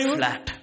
flat